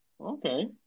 okay